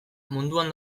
munduan